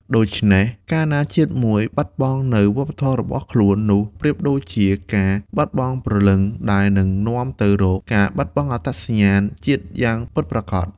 ដូច្នេះ កាលណាជាតិមួយបាត់បង់នូវវប្បធម៌របស់ខ្លួន នោះប្រៀបដូចជាការបាត់បង់ព្រលឹង ដែលនឹងនាំទៅរកការបាត់បង់អត្តសញ្ញាណជាតិយ៉ាងពិតប្រាកដ។